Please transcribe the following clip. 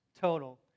total